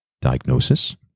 Diagnosis